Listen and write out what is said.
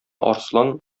арыслан